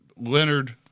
Leonard